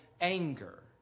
anger